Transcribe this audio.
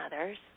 others